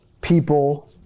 people